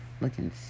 looking